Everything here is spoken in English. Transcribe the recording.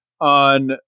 on